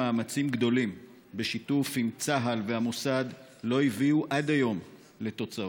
מאמצים גדולים בשיתוף עם צה"ל והמוסד לא הביאו עד היום לתוצאות.